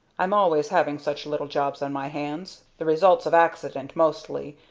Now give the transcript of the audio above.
i'm always having such little jobs on my hands, the results of accident, mostly,